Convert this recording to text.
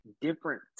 different